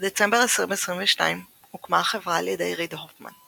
בדצמבר 2002 הוקמה החברה על ידי ריד הופמן,